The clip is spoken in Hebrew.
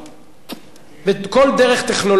כל דרך טכנולוגית היא בסדר,